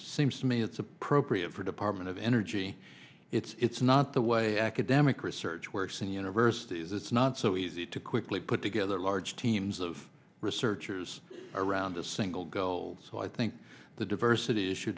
seems to me it's appropriate for a department of energy it's not the way academic research works in universities it's not so easy to quickly put together large teams of researchers around a single goal so i think the diversity issue